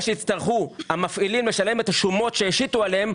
שיצטרכו המפעילים לשלם את השומות שהשיתו עליהם,